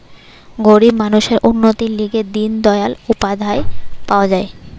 গরিব মানুষদের উন্নতির লিগে দিন দয়াল উপাধ্যায় পাওয়া যায়